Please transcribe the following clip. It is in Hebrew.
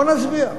בוא ונצביע.